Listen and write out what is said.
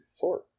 four